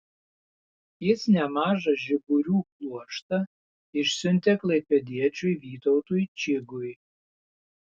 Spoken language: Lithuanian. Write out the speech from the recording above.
jis nemažą žiburių pluoštą išsiuntė klaipėdiečiui vytautui čigui